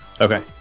Okay